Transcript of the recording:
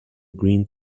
green